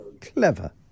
Clever